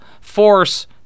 force